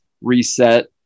reset